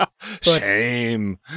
Shame